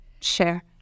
share